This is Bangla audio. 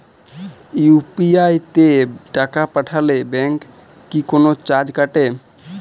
ইউ.পি.আই তে টাকা পাঠালে ব্যাংক কি কোনো চার্জ কাটে?